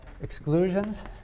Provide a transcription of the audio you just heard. Exclusions